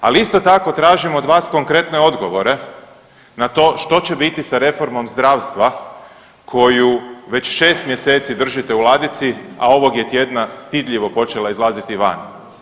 Ali isto tako tražim od vas konkretne odgovore na to što će biti sa reformom zdravstva koju već 6 mjeseci držite u ladici, a ovog je tjedna stidljivo počela izlaziti van.